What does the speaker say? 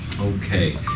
Okay